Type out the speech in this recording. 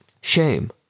shame